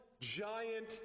giant